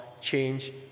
change